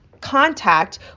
contact